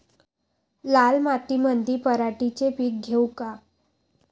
लाल मातीमंदी पराटीचे पीक घेऊ का?